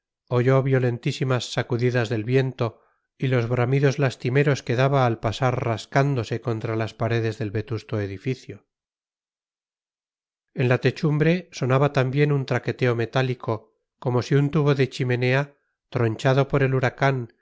oyó violentísimas sacudidas del viento y los bramidos lastimeros que daba al pasar rascándose contra las paredes del vetusto edificio en la techumbre sonaba también un traqueteo metálico como si un tubo de chimenea tronchado por el huracán